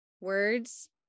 words